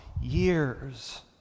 years